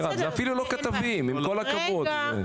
עם כל הכבוד.